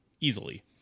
easily